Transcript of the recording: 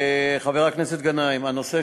חבר הכנסת גנאים, הנושא